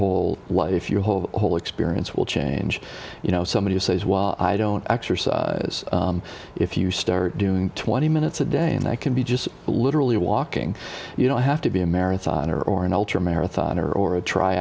whole life your whole whole experience will change you know somebody who says well i don't exercise if you start doing twenty minutes a day and i can be just literally walking you don't have to be a marathoner or an ultra marathoner or a tr